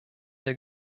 der